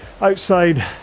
outside